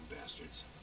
Bastards